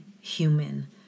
human